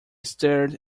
stared